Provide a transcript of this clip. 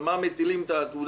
על מה מטילים את העתודה?